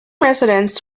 residents